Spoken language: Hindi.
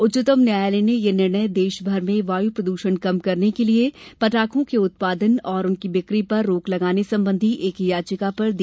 उच्चतम न्यायालय ने यह निर्णय देशभर में वायु प्रदूषण कम करने के लिए पटाखों के उत्पादन और उनकी बिक्री पर रोक लगाने संबंधी एक याचिका पर दिया